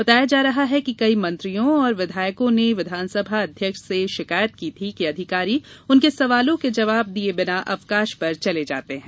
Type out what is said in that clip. बताया जा रहा है कि कई मंत्रियों और विधायकों ने विधानसभा अध्यक्ष से शिकायत की थी कि अधिकारी उनके सवालों के जवाब दिये बिना अवकाश पर चले जाते हैं